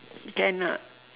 can ah